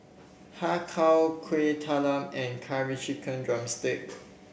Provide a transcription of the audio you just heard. Har Kow Kuih Talam and Curry Chicken drumstick